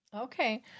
Okay